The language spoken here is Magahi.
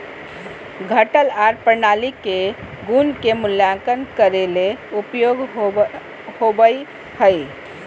घटक आर प्रणाली के गुण के मूल्यांकन करे ले उपयोग होवई हई